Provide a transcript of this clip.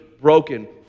broken